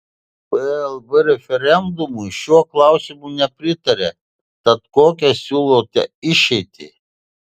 plb referendumui šiuo klausimu nepritarė tad kokią siūlote išeitį